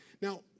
Now